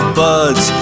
buds